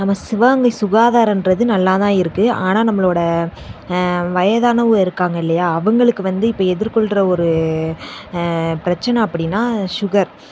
நம்ம சிவகங்கை சுகாதாரம் என்றது நல்லாதான் இருக்குது ஆனால் நம்மளோட வயதானவங்கள் இருக்காங்க இல்லையா அவங்களுக்கு வந்து இப்போது எதிர்கொள்கிற ஒரு பிரச்சின அப்படின்னா சுகர்